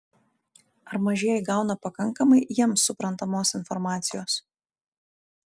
ar mažieji gauna pakankamai jiems suprantamos informacijos